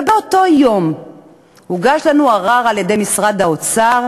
ובאותו היום הוגש ערר על-ידי משרד האוצר